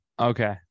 Okay